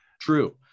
true